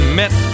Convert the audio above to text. met